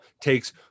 takes